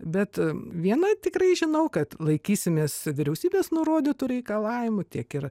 bet viena tikrai žinau kad laikysimės vyriausybės nurodytų reikalavimų tiek ir